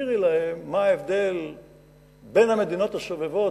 תסבירי להם מה ההבדל בין המדינות הסובבות